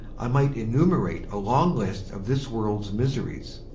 i might enumerate a long list of this world's miseries.